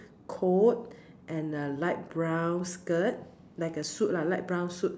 coat and a light brown skirt like a suit lah light brown suit mm